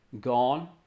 Gone